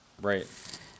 right